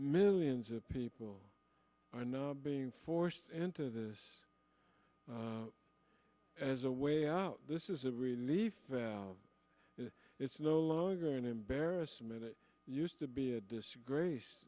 millions of people are now being forced into this as a way out this is a relief it's no longer an embarrassment it used to be a disgrace